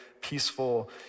peaceful